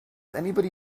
anybody